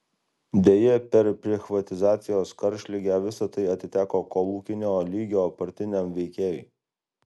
deja per prichvatizacijos karštligę visa tai atiteko kolūkinio lygio partiniam veikėjui